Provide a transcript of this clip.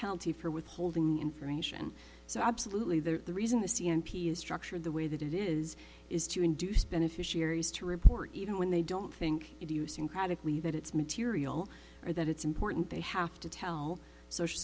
penalty for withholding information so absolutely that the reason is structured the way that it is is to induce beneficiaries to report even when they don't think idiosyncratically that it's material or that it's important they have to tell social